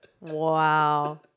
Wow